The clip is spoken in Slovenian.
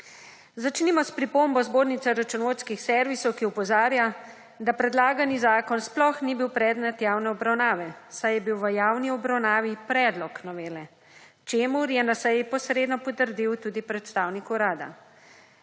Začnimo s pripombo Zbornice računovodskih servisov, ki opozarja, da predlagani zakon sploh ni bil predmet javne obravnave, saj je bil v javni obravnavi predlog novele, čemur je na seji posredno potrdil tudi predstavnik Urada.